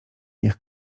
niech